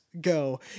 go